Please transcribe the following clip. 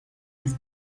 des